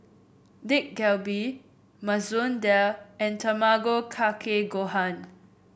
Dak Galbi Masoor Dal and Tamago Kake Gohan